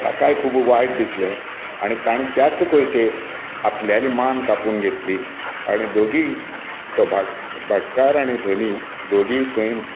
ताकाय खूब वायट दिसलें आनी तांणे त्याच कोयतेन आपल्याली मान कापून घेतली आनी दोगी तो भाटकार आनी धनी दोगी थंय